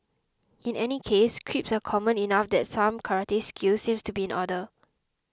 in any case creeps are common enough that some karate skills seem to be in order